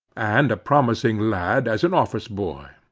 and a promising lad as an office-boy.